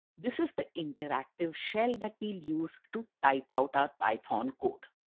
this is the interactive shell that we'll use to type out our python code.